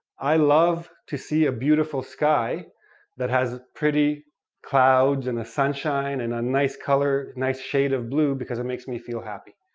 i love to see a beautiful sky that has pretty clouds and a sunshine and a nice color, a nice shade of blue because it makes me feel happy.